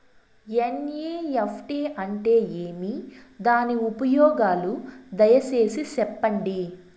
NEFT అంటే ఏమి? దాని ఉపయోగాలు దయసేసి సెప్పండి?